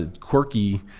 quirky